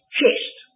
chest